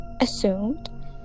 assumed